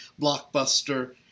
Blockbuster